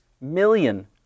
million